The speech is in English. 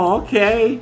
okay